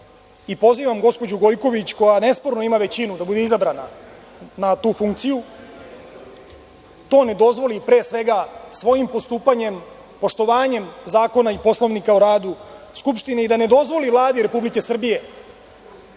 Pozivam gospođu Gojković, koja nesporno ima većinu da bude izabrana na tu funkciju, da to ne dozvoli, pre svega svojim postupanjem, poštovanjem zakona i Poslovnika o radu Skupštine i da ne dozvoli Vladi Republike Srbije